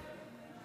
נא לסיים.